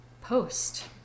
post